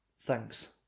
Thanks